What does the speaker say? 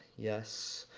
yes,